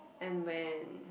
and when